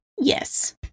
Yes